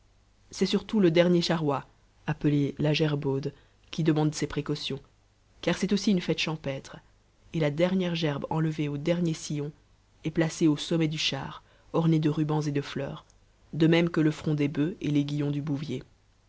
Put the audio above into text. c'est surtout le dernier charroi appelé la gerbaude qui demande ces précautions car c'est aussi une fête champêtre et la dernière gerbe enlevée au dernier sillon est placée au sommet du char ornée de rubans et de fleurs de même que le front des bufs et l'aiguillon du bouvier